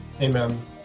Amen